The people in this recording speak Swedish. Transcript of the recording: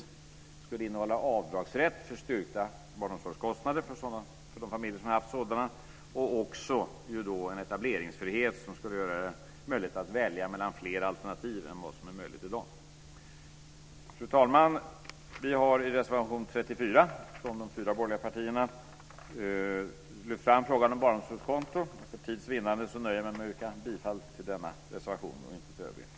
Det skulle också innehålla avdragsrätt för styrkta barnomsorgskostnader för de familjer som har haft sådana och även en etableringsfrihet som skulle göra det möjligt att välja mellan fler alternativ än vad som är möjligt i dag. Fru talman! Vi har i reservation 34 från de fyra borgerliga partierna lyft fram frågan om barnomsorgskonto. För tids vinnande nöjer jag mig med att yrka bifall till denna reservation och inte till de övriga.